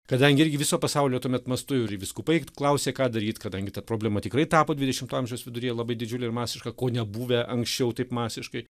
kadangi irgi viso pasaulio tuomet mastu ir vyskupai klausė ką daryt kadangi ta problema tikrai tapo dvidešimto amžiaus viduryje labai didžiulė ir masiška ko nebuvę anksčiau taip masiškai